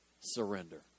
surrender